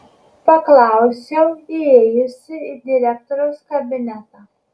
paklausiau įėjusi į direktoriaus kabinetą